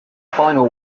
final